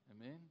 Amen